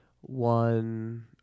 One